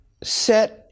set